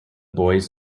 boys